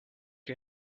you